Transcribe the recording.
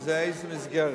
זה איזה מסגרת.